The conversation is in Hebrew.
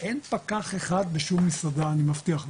אין פקח אחד בשום מסעדה, אבל